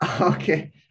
okay